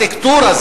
ארכיטקטורה.